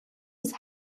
des